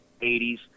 80s